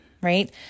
right